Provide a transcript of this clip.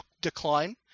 decline